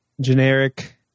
generic